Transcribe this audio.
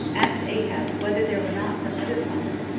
asked ahab whether there were not some other prophet,